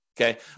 Okay